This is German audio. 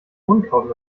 unkraut